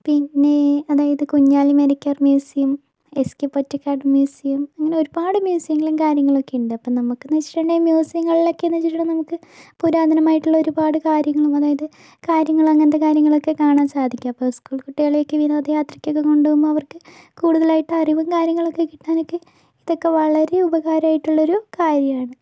പിന്നെ അതായത് Kunjali Marakkar museum SK Pottekkatt museum അങ്ങനെ ഒരുപാട് മ്യുസിയങ്ങളും കാര്യങ്ങളൊക്കെയിണ്ട് അപ്പോൾ നമുക്കുന്നു വെച്ചിട്ടുണ്ടെങ്കിൽ മ്യുസിയങ്ങളിലൊക്കെന്നു വെച്ചിട്ടുണ്ടെങ്കിൽ നമുക്ക് പുരാതനമായിട്ടുള്ള ഒരുപാട് കാര്യങ്ങളും അതായത് കാര്യങ്ങള് അങ്ങനത്തെ കാര്യങ്ങളൊക്കെ കാണാൻ സാധിക്കും അപ്പോൾ സ്കൂൾ കുട്ടികളെയൊക്കെ വിനോദ യാത്രക്കൊക്കെ കൊണ്ടുപോകുമ്പോൾ അവർക്ക് കൂടുതലായിട്ട് അറിവും കാര്യങ്ങളൊക്കെ കിട്ടാനൊക്കെ ഇതൊക്കെ വളരെ ഉപകരായിട്ടുള്ളൊരു കാര്യാണ്